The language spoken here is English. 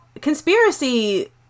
conspiracy